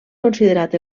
considerat